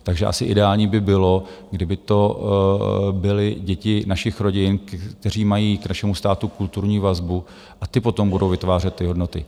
Takže asi ideální by bylo, kdyby to byly děti našich rodin, které mají k našemu státu kulturní vazbu, a ty potom budou vytvářet ty hodnoty.